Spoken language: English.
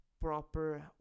proper